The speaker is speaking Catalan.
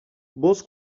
vols